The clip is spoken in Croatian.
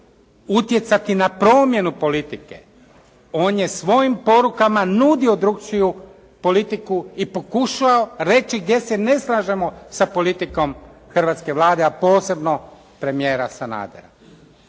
utjecati na promjenu politike. On je svojim porukama nudio drukčiju politiku i pokušao reći gdje se ne slažemo sa politikom hrvatske Vlade, a posebno premijera Sanadera.